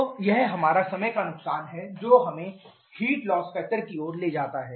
तो यह हमारा समय का नुकसान है जो हमें हीट लॉस फैक्टर की ओर ले जाता है